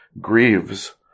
grieves